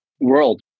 world